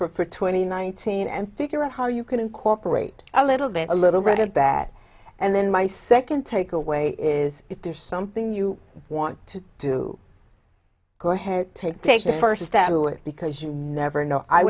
up for twenty nineteen and figure out how you can incorporate a little bit a little red bat and then my second takeaway is if there's something you want to do go ahead take take the first step to it because you never know i